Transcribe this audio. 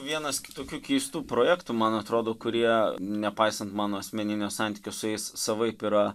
vienas kitokių keistų projektų man atrodo kurie nepaisant mano asmeninio santykio su jais savaip yra